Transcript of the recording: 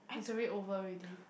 it's already over already